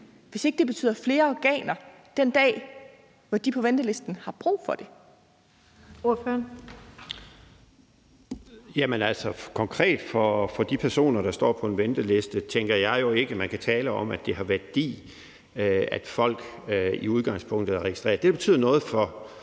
hvis ikke det betyder flere organer den dag, hvor de på ventelisten har brug for det? Kl. 16:20 Den fg. formand (Birgitte Vind): Ordføreren. Kl. 16:20 Henrik Frandsen (M): Konkret for de personer, der står på en venteliste, tænker jeg jo ikke at man kan tale om, at det har værdi, at folk i udgangspunktet er registreret. Det, der betyder noget for